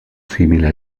simile